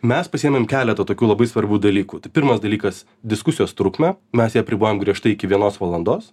mes pasiėmėm keletą tokių labai svarbių dalykų tai pirmas dalykas diskusijos trukmę masė ją apribojom griežtai iki vienos valandos